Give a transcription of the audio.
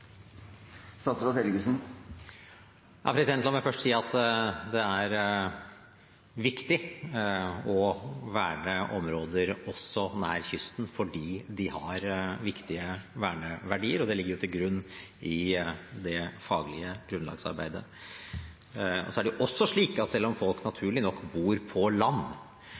La meg først si at det er viktig å verne områder også nær kysten, for de har viktige verneverdier. Det ligger til grunn i det faglige grunnlagsarbeidet. Det er også slik at selv om folk naturlig nok bor på land,